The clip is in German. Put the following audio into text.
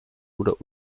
oder